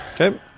Okay